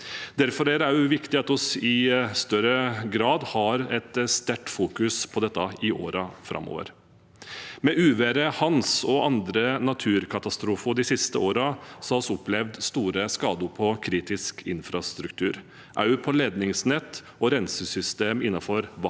det også viktig at vi i større grad har et stort fokus på dette i årene framover. Med uværet «Hans» og andre naturkatastrofer de siste årene har vi opplevd store skader på kritisk infrastruktur, også på ledningsnett og rensesystem innenfor vann